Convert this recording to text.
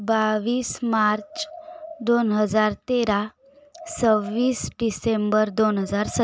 बावीस मार्च दोन हजार तेरा सव्वीस डिसेंबर दोन हजार सतरा